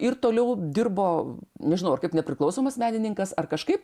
ir toliau dirbo nežinau ar kaip nepriklausomas menininkas ar kažkaip